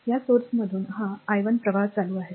या स्त्रोतामधून हा I 1 प्रवाह चालू आहे